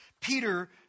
Peter